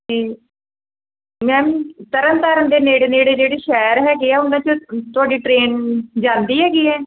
ਜੀ ਮੈਮ ਤਰਨ ਤਾਰਨ ਦੇ ਨੇੜੇ ਨੇੜੇ ਜਿਹੜੇ ਸ਼ਹਿਰ ਹੈਗੇ ਆ ਉਹਨਾਂ ਚੋਂ ਤੁਹਾਡੀ ਟਰੇਨ ਜਾਂਦੀ ਹੈਗੀ ਹੈ